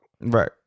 Right